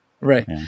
Right